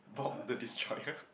bob the destroyer